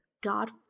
god